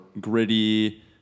gritty